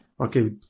okay